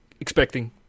expecting